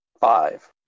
Five